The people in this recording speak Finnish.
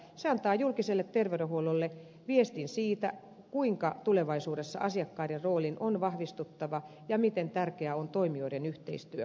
se antaa julkiselle terveydenhuollolle viestin siitä kuinka tulevaisuudessa asiakkaiden roolin on vahvistuttava ja miten tärkeää on toimijoiden yhteistyö